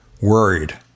worried